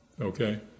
Okay